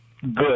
good